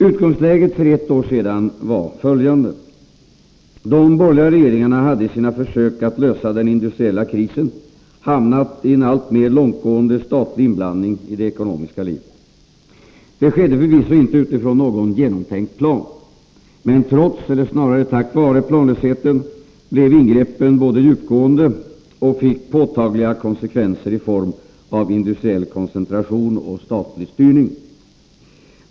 Utgångsläget för ett år sedan var följande: De borgerliga regeringarna hade i sina försök att lösa den industriella krisen hamnat i en alltmer långtgående statlig inblandning i det ekonomiska livet. Det skedde förvisso inte utifrån någon genomtänkt plan. Men trots, eller snarare tack vare planlösheten blev ingreppen djupgående, och de fick påtagliga konsekvenser 122 i form av industriell koncentration och statlig styrning.